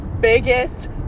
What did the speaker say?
biggest